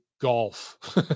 golf